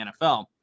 NFL